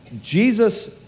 Jesus